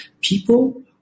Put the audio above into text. People